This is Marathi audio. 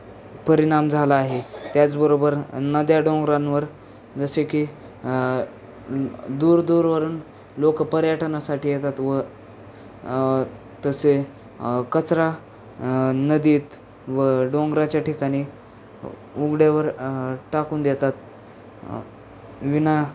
परिणाम झाला आहे त्याचबरोबर नद्या डोंगरांवर जसे की दूर दूरवरून लोकं पर्यटनासाठी येतात व तसे कचरा नदीत व डोंगराच्या ठिकाणी उघड्यावर टाकून देतात विना